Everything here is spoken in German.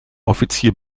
offizier